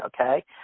okay